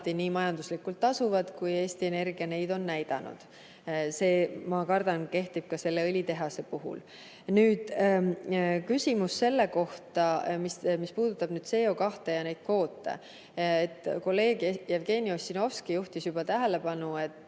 nii majanduslikult tasuvad, nagu Eesti Energia neid on näidanud. See, ma kardan, kehtib ka selle õlitehase puhul. Nüüd küsimus selle kohta, mis puudutab CO2ja neid kvoote. Kolleeg Jevgeni Ossinovski juhtis juba tähelepanu, et